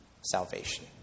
salvation